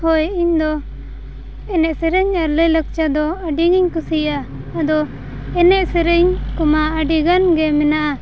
ᱦᱳᱭ ᱤᱧ ᱫᱚ ᱮᱱᱮᱡ ᱥᱮᱨᱮᱧ ᱟᱨ ᱞᱟᱹᱭ ᱞᱟᱠᱪᱟᱨ ᱫᱚ ᱟᱹᱰᱤ ᱜᱤᱧ ᱠᱩᱥᱤᱭᱟᱜᱼᱟ ᱤᱧ ᱫᱚ ᱮᱱᱮᱡ ᱥᱮᱨᱮᱧ ᱠᱚᱢᱟ ᱟᱹᱰᱤ ᱜᱟᱱ ᱜᱮ ᱢᱮᱱᱟᱜᱼᱟ